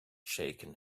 shaken